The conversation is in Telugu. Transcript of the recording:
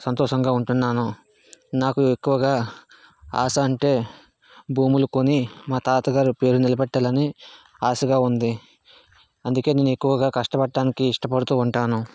సంతోషంగా ఉంటున్నాను నాకు ఎక్కువగా ఆశ అంటే భూములు కొని మా తాతగారి పేరు నిలబెట్టాలని ఆశగా ఉంది అందుకే నేను ఎక్కువగా కష్టపడటానికి ఇష్టపడుతూ ఉంటాను